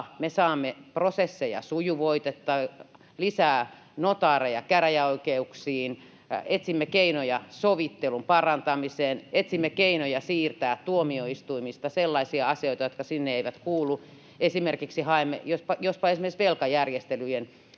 me saamme prosesseja sujuvoitettua, lisää notaareja käräjäoikeuksiin. Etsimme keinoja sovittelun parantamiseen, etsimme keinoja siirtää tuomioistuimista sellaisia asioita, jotka sinne eivät kuulu — jospa esimerkiksi velkajärjestelyjen